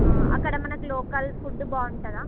అక్కడ మనకు local food బాగుంటుందా